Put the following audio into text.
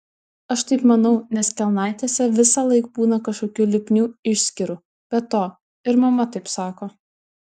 aš taip manau nes kelnaitėse visąlaik būna kažkokių lipnių išskyrų be to ir mama taip sako